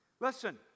Listen